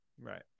Right